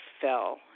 fell